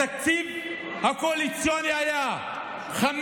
התקציב הקואליציוני היה 5